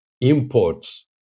imports